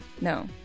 no